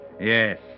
Yes